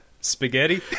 Spaghetti